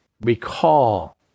recall